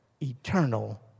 eternal